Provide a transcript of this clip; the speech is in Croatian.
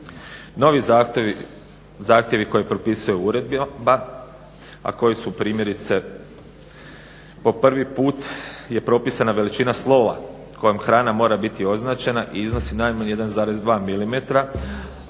Novi zahtjevi koje propisuje uredba, a koji su primjerice po prvi put je propisana veličina slova kojom hrana mora biti označena i iznosi najmanje 1,2 mm